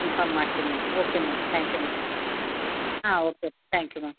inform ಮಾಡ್ತೀನಿ madam okay ma'am thank you ma'am ಹಾಂ okay thank you ma'am